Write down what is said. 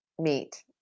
meet